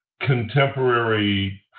contemporary